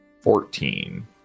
fourteen